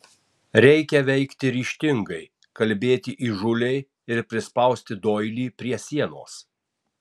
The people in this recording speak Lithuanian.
reikia veikti ryžtingai kalbėti įžūliai ir prispausti doilį prie sienos